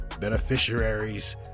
beneficiaries